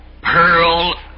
pearl